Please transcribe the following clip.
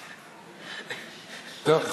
טוב,